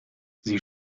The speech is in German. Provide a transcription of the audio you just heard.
sie